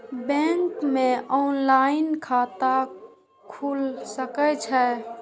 Bank में online खाता खुल सके छे?